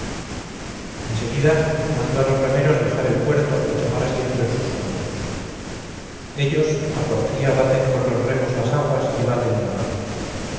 en seguida mando a los remeros dejar el puerto y tomar asiento en sus bancos ellos a porfía baten con los remos las aguas y barren la mar